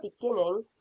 beginning